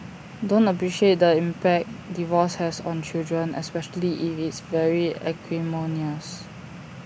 don't appreciate the impact divorce has on children especially if it's very acrimonious